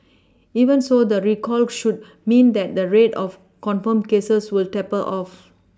even so the recall should mean that the rate of confirmed cases will taper off